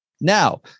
Now